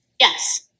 Yes